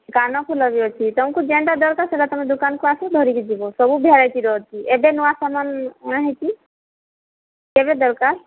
କାନଫୁଲ ବି ଅଛି ତୁମକୁ ଯେନ୍ତା ଦରକାର ସେଟା ତମେ ଦୁକାନ୍କୁ ଆସି ଧରିକି ଯିବ ସବୁ ଭେରାଇଟିର ଅଛି ଏବେ ନୂଆ ସାମାନ୍ ଅଣା ହେଇଛି କେବେ ଦରକାର